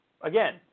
again